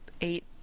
eight